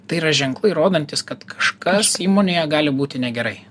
tai yra ženklai rodantys kad kas įmonėje gali būti negerai